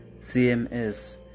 CMS